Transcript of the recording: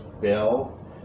bill